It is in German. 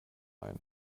ein